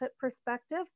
perspective